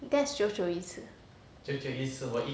that's 久久一次